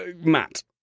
Matt